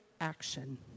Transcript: action